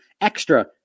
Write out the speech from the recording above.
extra